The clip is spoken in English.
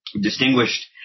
distinguished